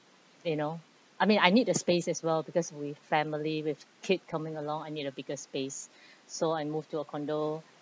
you know I mean I need the space as well because with family with kid coming along I need a bigger space so I moved to a condo